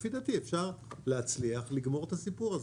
לפי דעתי אפשר להצליח לגמור את הסיפור הזה.